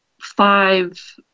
five